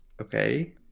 okay